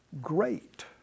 great